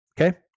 okay